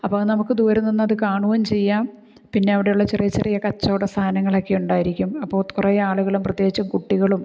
അപ്പോൾ നമുക്ക് ദൂരെ നിന്നത് കാണുകയും ചെയ്യാം പിന്നെ അവിടെയുള്ള ചെറിയ ചെറിയ കച്ചവട സാധനങ്ങളൊക്കെ ഉണ്ടായിരിക്കും അപ്പോൾ കുറേയാളുകളും പ്രത്യേകിച്ച് കുട്ടികളും